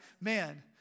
man